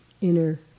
inner